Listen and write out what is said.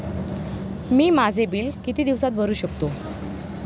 मी माझे बिल किती दिवसांत भरू शकतो?